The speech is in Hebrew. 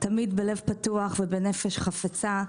תמיד בלב פתוח ובנפש חפצה.